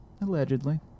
Allegedly